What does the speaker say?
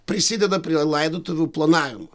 prisideda prie laidotuvių planavimo